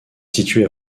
située